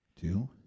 Two-